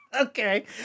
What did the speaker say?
Okay